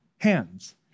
hands